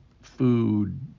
food